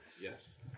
Yes